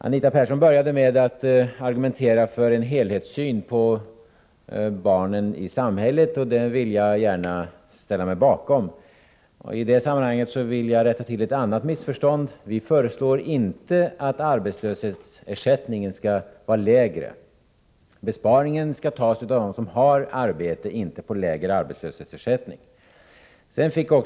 Anita Persson började med att argumentera för en helhetssyn på barnet i samhället. Den vill jag gärna ställa mig bakom. I detta sammanhang vill jag också rätta till ett missförstånd. Vi föreslår inte att arbetslöshetsersättningen skall bli lägre. Besparingen skall tas av dem som har arbete, inte genom lägre arbetslöshetsersättning.